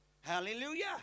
Hallelujah